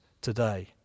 today